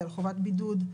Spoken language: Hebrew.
בגלל חובת בידוד,